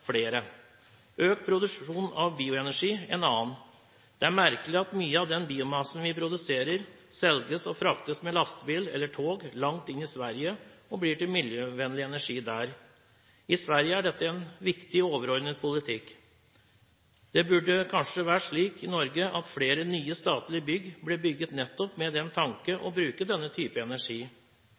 flere. Økt produksjon av bioenergi er en annen. Det er merkelig at mye av den biomassen vi produserer, selges og fraktes med lastebil eller tog langt inn i Sverige og blir til miljøvennlig energi der. I Sverige er dette en viktig overordnet politikk. Det burde kanskje vært slik i Norge at flere nye statlige bygg blir bygget nettopp med tanke på å bruke denne type energi.